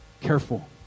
Careful